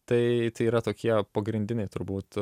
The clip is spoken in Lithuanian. tai tai yra tokie pagrindiniai turbūt